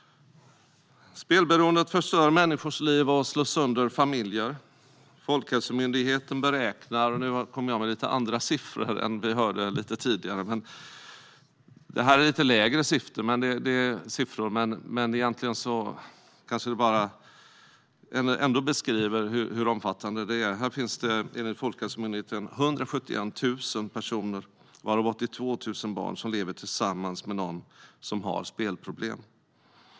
Spelberoendet förstör människors liv och slår sönder familjer. Folkhälsomyndigheten beräknar - och nu har jag lite andra siffror än dem som vi hörde lite tidigare - att ungefär 171 000 personer, varav 82 000 är barn, lever tillsammans med någon som har spelproblem.